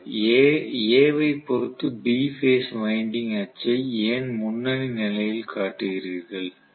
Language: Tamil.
மாணவர் A வைப் பொறுத்து B பேஸ் வைண்டிங் அச்சை ஏன் முன்னணி நிலையில் காட்டுகிறீர்கள்